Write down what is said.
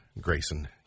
Grayson